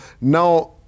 now